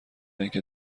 اینکه